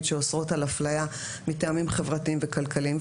שאוסרות על אפליה מטעמים חברתיים וכלכליים.